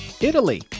Italy